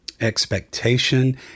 expectation